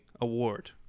award